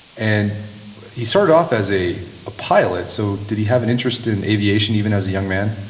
and he started off as a a pilot, so did he have an interest in aviation even as a young man?